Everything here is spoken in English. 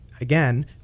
again